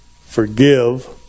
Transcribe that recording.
forgive